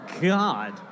God